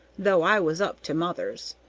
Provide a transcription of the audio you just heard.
though i was up to mother's.